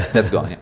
that's gone.